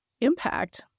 impact